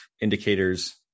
indicators